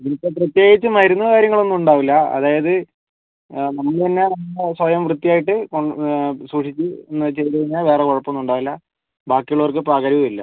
ഇനിയിപ്പോൾ പ്രത്യേകിച്ച് മരുന്ന് കാര്യങ്ങളൊന്നും ഉണ്ടാവില്ല അതായത് നമ്മൾ തന്നെ നമ്മളെ സ്വയം വൃത്തിയായിട്ട് സൂക്ഷിച്ച് എന്താണെന്ന് വച്ചാൽ ചെയ്തു കഴിഞ്ഞാൽ വേറെ കുഴപ്പമൊന്നുമുണ്ടാവില്ല ബാക്കിയുള്ളവർക്ക് പകരുകയും ഇല്ല